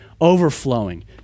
overflowing